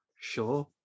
sure